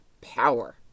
Power